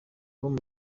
com